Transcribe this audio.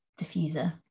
diffuser